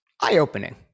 eye-opening